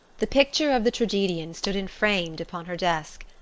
the picture of the tragedian stood enframed upon her desk.